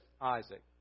Isaac